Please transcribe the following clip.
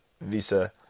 Visa